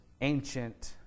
ancient